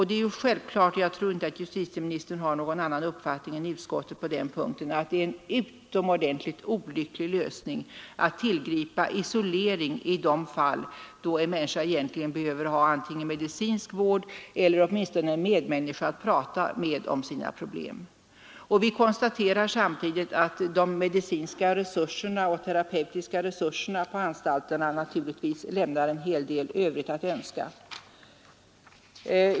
Det är självklart — jag tror inte justitieministern har någon annan uppfattning än utskottet på den punkten — att det är en utomordentlig olycklig lösning att tillgripa isolering i de fall då en människa egentligen behöver ha antingen medicinsk vård eller åtminstone en medmänniska att prata med om sina problem. Vi konstaterade samtidigt att de medicinska och terapeutiska resurserna på anstalterna naturligtvis lämnar en hel del övrigt att önska.